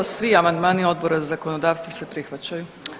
Svi amandmani Odbora za zakonodavstvo se prihvaćaju.